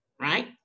right